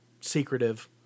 secretive